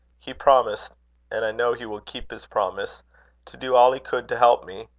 he promised and i know he will keep his promise to do all he could to help me.